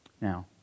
Now